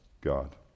God